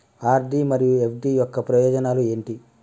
RD మరియు FD యొక్క ప్రయోజనాలు ఏంటి?